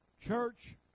Church